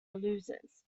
loses